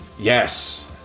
yes